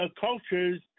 cultures